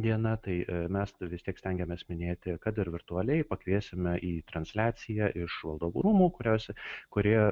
diena tai mes vis tiek stengiamės minėti kad ir virtualiai pakviesime į transliaciją iš valdovų rūmų kurios kurie